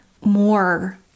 more